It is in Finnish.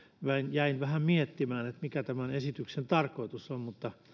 jäin vähän miettimään mikä tämän esityksen tarkoitus on mutta